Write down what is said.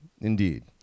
indeed